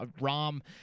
Rom